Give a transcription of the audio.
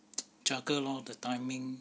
juggle lor the timing